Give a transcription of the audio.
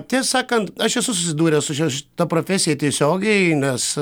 tiesą sakant aš esu susidūręs su šia ta profesija tiesiogiai nes